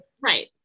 right